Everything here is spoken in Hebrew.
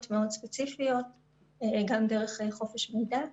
מאוד ספציפיות גם דרך חופש מידע.